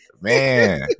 man